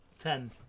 Ten